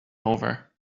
over